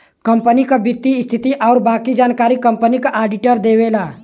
company क वित्तीय स्थिति आउर बाकी जानकारी कंपनी क आडिटर देवला